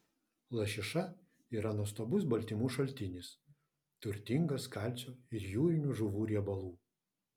lašiša yra nuostabus baltymų šaltinis turtingas kalcio ir jūrinių žuvų riebalų